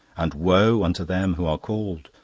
and woe unto them who are called,